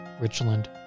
Richland